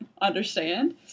understand